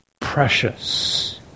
precious